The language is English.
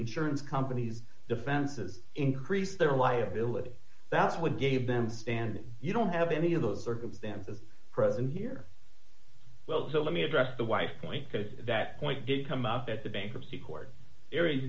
insurance companies defenses increase their liability that's what gave them standing you don't have any of those circumstances present here well so let me address the wife's point because that point did come up at the bankruptcy court